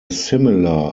similar